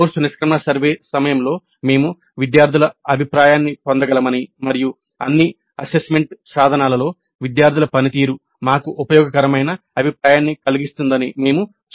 course నిష్క్రమణ survey సమయంలో మేము విద్యార్థుల అభిప్రాయాన్ని పొందగలమని మరియు అన్ని అసెస్మెంట్ సాధనాలలో విద్యార్థుల పనితీరు మాకు ఉపయోగకరమైన అభిప్రాయాన్ని కలిగిస్తుందని మేము చూశాము